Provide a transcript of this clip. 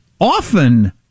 often